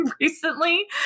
recently